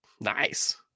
Nice